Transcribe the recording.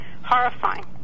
horrifying